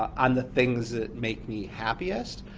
on the things that make me happiest,